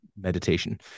Meditation